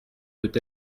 peut